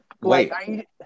Wait